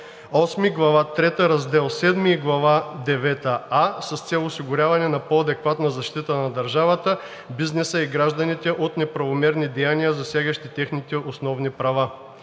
и Глава девета „а“, с цел осигуряване на по-адекватна защита на държавата, бизнеса и гражданите от неправомерни деяния, засягащи техните основни права.